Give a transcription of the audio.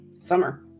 summer